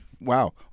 Wow